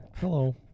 Hello